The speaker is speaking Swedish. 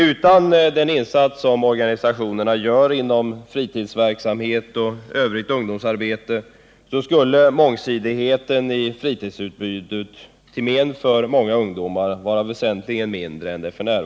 Utan den insats som organisationerna gör inom fritidsverksamhet och övrigt ungdomsarbete skulle mångsidigheten i fritidsutbudet för många ungdomar vara väsentligen mindre än det f. n. är.